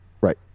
Right